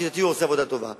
ולדעתי הוא עושה עבודה טובה,